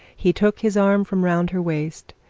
he took his arm from round her waist,